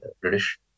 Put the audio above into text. British